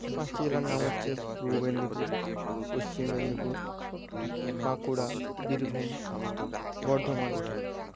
পাঁচটি জেলার নাম হচ্ছে পূর্ব মেদিনীপুর পশ্চিম মেদিনীপুর বাঁকুড়া বীরভূম বর্ধমান